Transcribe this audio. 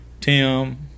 Tim